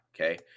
okay